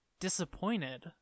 disappointed